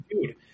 dude